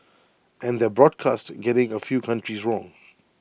and their broadcast getting A few countries wrong